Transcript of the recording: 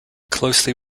closely